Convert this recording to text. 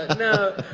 ah no,